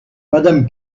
madame